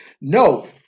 No